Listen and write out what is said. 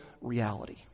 reality